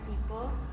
people